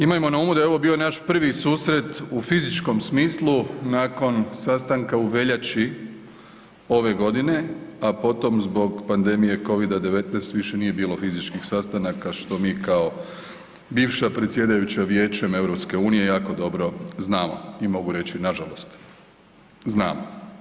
Imajmo na umu da je ovo bio naš prvi susret u fizičkom smislu nakon sastanka u veljači ove godine, a potom zbog pandemije covid-19 više nije bilo fizičkih sastanaka što mi kao bivša predsjedajućem Vijećem EU jako dobro znamo i mogu reći nažalost znamo.